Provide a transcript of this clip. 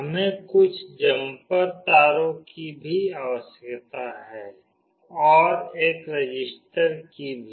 हमें कुछ जम्पर तारों की भी आवश्यकता है और एक रजिस्टर की भी